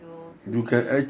you know to be